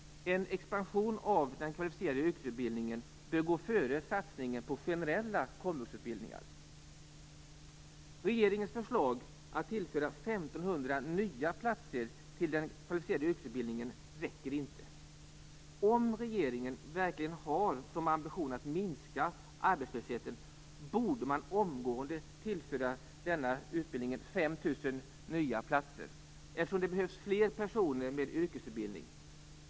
En expansion av den kvalificerade yrkesutbildningen bör gå före satsningen på generella komvuxutbildningar. Om regeringen verkligen har som ambition att minska arbetslösheten borde man omgående tillföra denna utbildning 5 000 nya platser, eftersom det behövs fler personer med yrkesutbildning.